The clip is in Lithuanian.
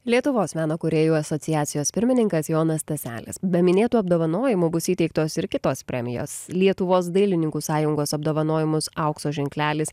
lietuvos meno kūrėjų asociacijos pirmininkas jonas staselis be minėtų apdovanojimų bus įteiktos ir kitos premijos lietuvos dailininkų sąjungos apdovanojimus aukso ženklelis